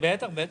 בטח.